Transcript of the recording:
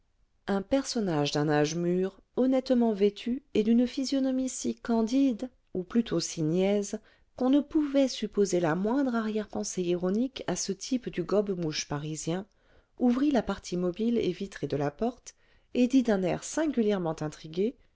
un personnage d'un âge mûr honnêtement vêtu et d'une physionomie si candide ou plutôt si niaise qu'on ne pouvait supposer la moindre arrière-pensée ironique à ce type du gobe mouche parisien ouvrit la partie mobile et vitrée de la porte et dit d'un air singulièrement intrigué